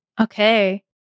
Okay